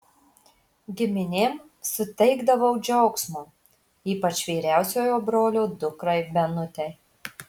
giminėm suteikdavau džiaugsmo ypač vyriausiojo brolio dukrai benutei